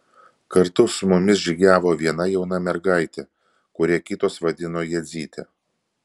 kartu su mumis žygiavo viena jauna mergaitė kurią kitos vadino jadzyte